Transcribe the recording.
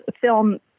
film